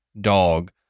dog